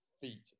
feet